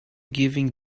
giving